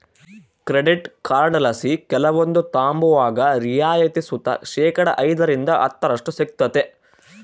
credit ಕಾರ್ಡ್ಲಾಸಿ ಕೆಲವೊಂದು ತಾಂಬುವಾಗ ರಿಯಾಯಿತಿ ಸುತ ಶೇಕಡಾ ಐದರಿಂದ ಹತ್ತರಷ್ಟು ಸಿಗ್ತತೆ